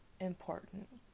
important